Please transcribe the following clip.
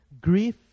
grief